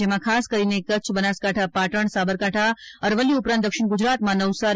જેમા ખાસ કરીને કચ્છ બનાસકાંઠા પાટણ સાબરકાંઠા અરવલ્લી ઉપરાંત દક્ષિણ ગુજરાતમાં નવસારી